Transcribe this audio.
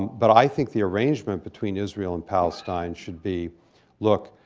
but i think the arrangement between israel and palestinian should be look,